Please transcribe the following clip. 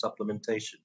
supplementation